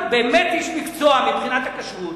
באמת איש מקצוע מבחינת הכשרות.